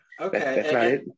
Okay